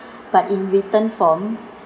but in written form